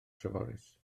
treforys